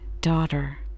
daughter